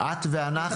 זה את ואנחנו.